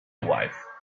wife